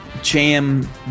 jam